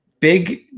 Big